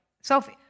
Sophie